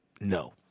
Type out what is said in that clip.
no